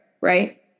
right